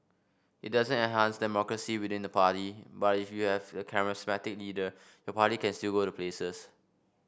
it doesn't enhance democracy within the party but if you have a charismatic leader your party can still go places